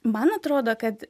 man atrodo kad